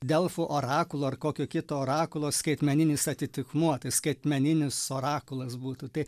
delfų orakulo ar kokio kito orakulo skaitmeninis atitikmuo tai skaitmeninis orakulas būtų tai